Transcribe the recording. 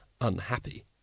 unhappy